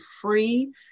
free